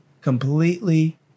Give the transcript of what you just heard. Completely